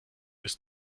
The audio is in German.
ist